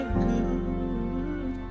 good